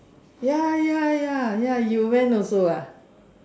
ya ya ya ya you went also ah